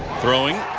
throwing.